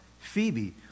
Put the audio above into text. Phoebe